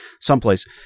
someplace